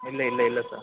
ಇಲ್ಲ ಇಲ್ಲ ಇಲ್ಲ ಸರ್